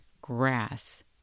grass